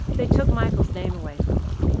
they took michael's name away from him.